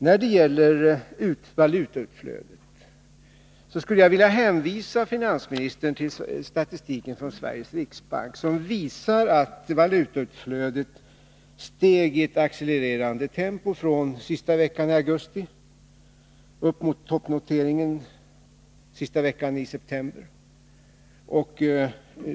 När det gäller valutautflödet skulle jag vilja hänvisa finansministern till statistiken från Sveriges riksbank, som visar att valutautflödet under sista veckan i augusti steg i ett accelererande tempo upp mot toppnoteringen sista veckan i september.